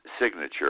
signature